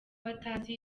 batazi